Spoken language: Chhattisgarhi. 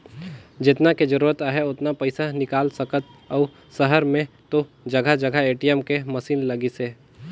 जेतना के जरूरत आहे ओतना पइसा निकाल सकथ अउ सहर में तो जघा जघा ए.टी.एम के मसीन लगिसे